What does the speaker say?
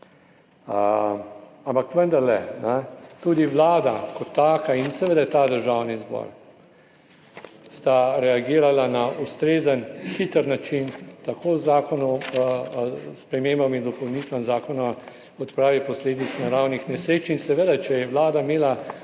Ampak vendarle, tudi Vlada kot taka in seveda Državni zbor sta reagirala na ustrezen, hiter način, tako z Zakonom o spremembah in dopolnitvah Zakona o odpravi posledic naravnih nesreč, in seveda, če je Vlada imela